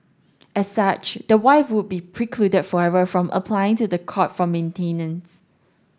as such the wife would be precluded forever from applying to the court for maintenance